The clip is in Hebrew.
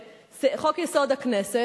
בחוק-יסוד: הכנסת,